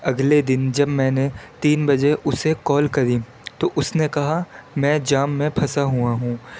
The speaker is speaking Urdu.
اگلے دن جب میں نے تین بجے اسے کال کری تو اس نے کہا میں جام میں پھنسا ہوا ہوں